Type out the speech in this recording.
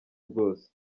bwose